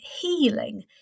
healing